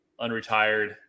unretired